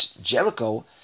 Jericho